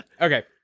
Okay